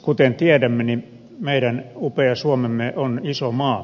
kuten tiedämme meidän upea suomemme on iso maa